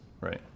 Right